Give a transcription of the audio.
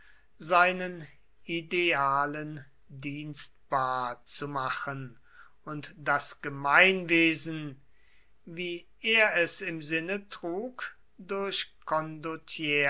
seinen idealen dienstbar zu machen und das gemeinwesen wie er es im sinne trug durch